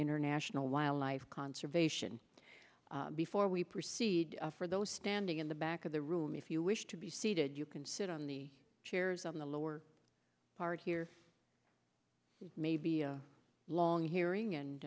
international wildlife conservation before we proceed for those standing in the back of the room if you wish to be seated you can sit on the chairs on the lower part here may be a long hearing and